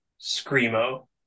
screamo